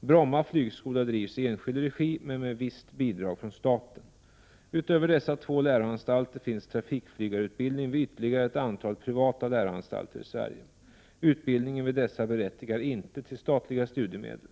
Bromma flygskola drivs i enskild regi men med visst bidrag från staten. Utöver dessa två läroanstalter finns trafikflygarutbildning vid ytterligare ett antal privata läroanstalter i Sverige. Utbildningen vid dessa berättigar inte till statliga studiemedel.